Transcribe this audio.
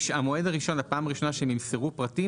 הפעם הראשונה שהם ימסרו פרטים,